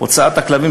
הוצאת הכלבים,